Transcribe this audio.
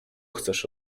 chcesz